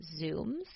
Zooms